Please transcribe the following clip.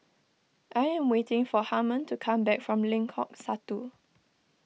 I am waiting for Harmon to come back from Lengkok Satu